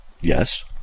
yes